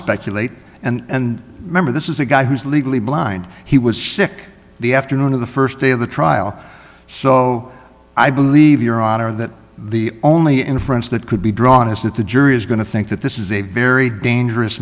speculate and remember this is a guy who's legally blind he was sick the afternoon of the st day of the trial so i believe your honor that the only inference that could be drawn is that the jury is going to think that this is a very dangerous